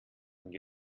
und